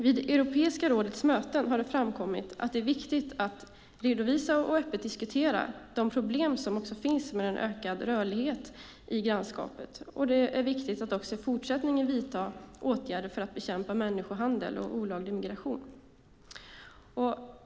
Vid Europeiska rådets möten har det framkommit att det är viktigt att redovisa och öppet diskutera de problem som också finns i och med en ökad rörlighet i grannskapet och att det är viktigt att också i fortsättningen vidta verksamma åtgärder för att bekämpa människohandel och olaglig migration.